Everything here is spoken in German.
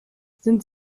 sind